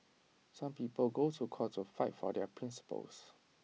some people go to court to fight for their principles